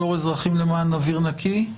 יו"ר אזרחים למען אוויר נקי,